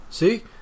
See